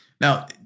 Now